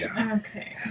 Okay